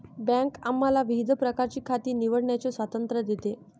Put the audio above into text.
bank आम्हाला विविध प्रकारची खाती निवडण्याचे स्वातंत्र्य देते